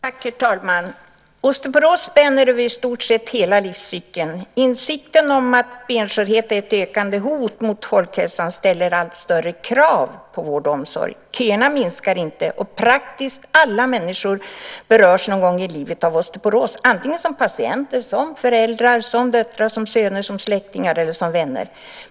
Herr talman! Osteoporos spänner över i stort sett hela livscykeln. Insikten om att benskörhet är ett ökande hot mot folkhälsan ställer allt större krav på vård och omsorg. Köerna minskar inte, och praktiskt taget alla människor berörs någon gång i livet av osteoporos, som patienter, föräldrar, döttrar, söner, släktingar eller vänner.